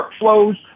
workflows